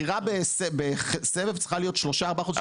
דירה בסבב צריכה להיות שלושה-ארבעה חודשים גג.